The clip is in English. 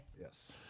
yes